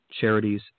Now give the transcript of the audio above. charities